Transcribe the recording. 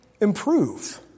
improve